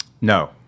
No